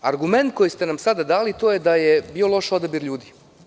Argument koji ste nam sada dali, to je da je bio loš odabir ljudi.